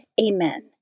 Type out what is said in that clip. Amen